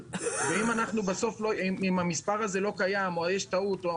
אם המספר הזה לא קיים או יש טעות או